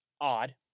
odd